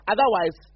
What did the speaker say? Otherwise